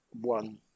One